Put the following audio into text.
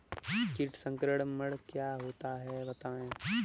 कीट संक्रमण क्या होता है बताएँ?